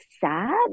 sad